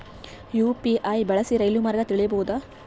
UPI ಬಳಸಿ ರೈಲು ಮಾರ್ಗ ತಿಳೇಬೋದ?